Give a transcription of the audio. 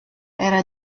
era